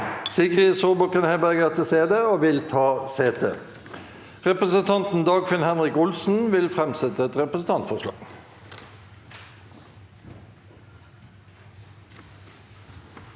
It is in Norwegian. Sigrid Zurbuchen Heiberg er til stede og vil ta sete. Representanten Dagfinn Henrik Olsen vil framsette et representantforslag.